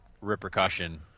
repercussion